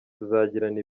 tuzagirana